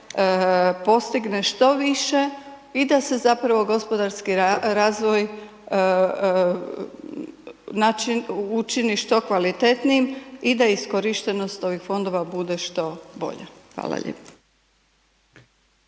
postigne što više, i da se zapravo gospodarski razvoj, način, učini što kvalitetnijim i da iskorištenost ovih Fondova bude što bolja. Hvala lijepo.